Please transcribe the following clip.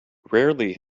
rarely